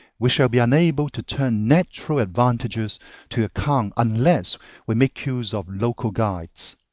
we shall be unable to turn natural advantages to account unless we make use of local guides.